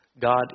God